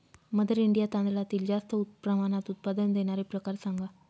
mother India तांदळातील जास्त प्रमाणात उत्पादन देणारे प्रकार सांगा